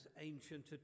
ancient